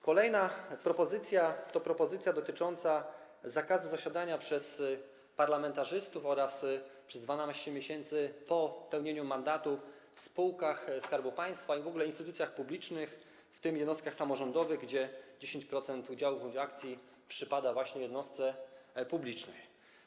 Kolejna propozycja to propozycja dotycząca zakazu zasiadania przez parlamentarzystów, a także przez 12 miesięcy po pełnieniu mandatu, w spółkach Skarbu Państwa i w ogóle instytucjach publicznych, w tym jednostkach samorządowych, gdzie 10% udziałów bądź akcji przypada właśnie jednostce publicznej.